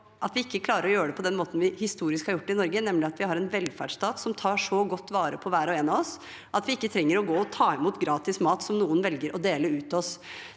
at vi ikke klarer å gjøre det på den måten vi historisk har gjort det i Norge, nemlig ved at vi har en velferdsstat som tar så godt vare på hver og en oss at vi ikke trenger å gå og ta imot gratis mat, som noen velger å dele ut til